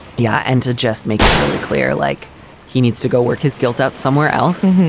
yeah and to just make it really clear, like he needs to go work his guilt out somewhere else.